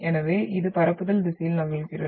எனவே இது பரப்புதல் திசையில் நகர்கிறது